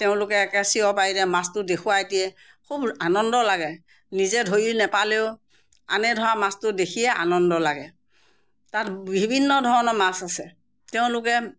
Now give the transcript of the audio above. তেওঁলোকে একে চিঞৰ পাৰি দিয়ে মাছটো দেখুৱাই দিয়ে খুব আনন্দ লাগে নিজে ধৰি নেপালেও আনে ধৰা মাছটো দেখিয়ে আনন্দ লাগে তাত বিভিন্ন ধৰণৰ মাছ আছে তেওঁলোকে